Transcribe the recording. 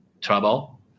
travel